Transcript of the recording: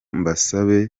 mbasabe